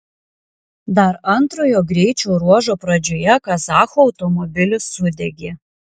dar antrojo greičio ruožo pradžioje kazachų automobilis sudegė